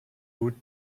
gut